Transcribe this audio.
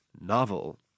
novel